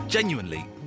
Genuinely